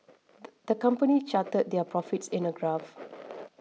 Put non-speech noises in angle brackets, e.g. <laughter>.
<noise> the company charted their profits in a graph